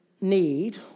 need